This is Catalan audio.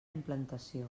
implantació